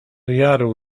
jaru